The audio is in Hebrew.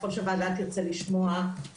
ככל שהוועדה תרצה לשמוע,